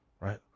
right